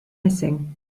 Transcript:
missing